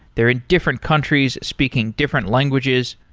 they're in different countries speaking different languages.